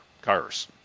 cars